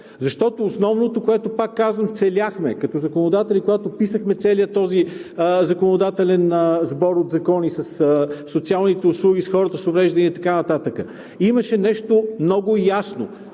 Защото основното, което, пак казвам, целяхме като законодатели, когато писахме целия този законодателен сбор от закони със социалните услуги, с хората увреждания и така нататък, имаше нещо много ясно,